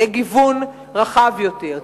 יהיה גיוון רחב יותר,